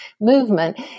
movement